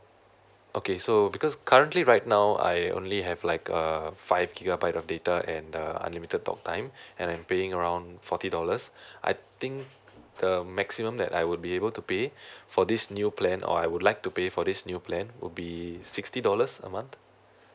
okay so because currently right now I only have like uh five gigabyte of data and the uh unlimited talk time and I'm paying around forty dollars I think the maximum that I would be able to pay for this new plan or I would like to pay for this new plan would be sixty dollars a month